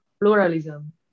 pluralism